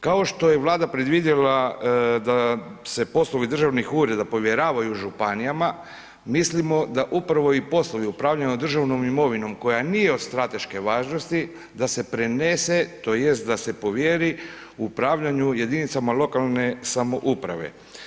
Kao što je Vlada predvidjela da se poslovi državnih ureda povjeravaju županijama, mislimo da upravo i poslovi upravljanja državnom imovinom koja nije od strateške važnosti da se prenese tj. da se povjeri upravljanju jedinice lokalne samouprave.